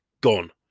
gone